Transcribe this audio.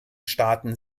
staaten